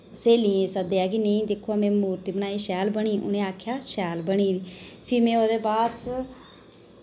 स्हेलियें सद्देआ कि नेईं दिक्खो में मूर्ति बनाई शैल बनी उ'नै आखेआ शैल बनी दी फ्ही में ओह्दे बाद'च